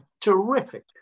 terrific